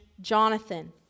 Jonathan